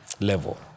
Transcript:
level